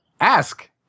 Ask